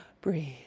Breathe